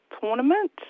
tournament